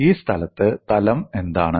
ഈ സ്ഥലത്ത് തലം എന്താണ്